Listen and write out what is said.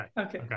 Okay